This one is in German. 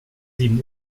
sieben